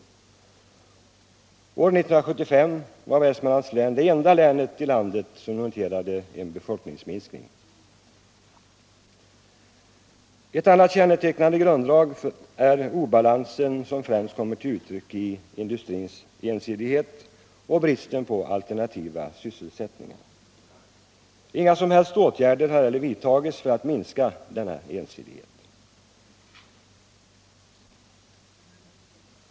År 1975 var Västmanlands län det enda länet i landet som noterade en befolkningsminskning. Ett annat grunddrag är obalansen, som främst kommer till uttryck i industrins ensidighet och bristen på alternativa sysselsättningar. Inga som helst åtgärder har vidtagits för att minska ensidigheten.